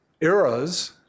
eras